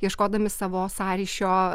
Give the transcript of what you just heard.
ieškodami savo sąryšio